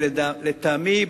לטעמי,